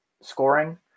scoring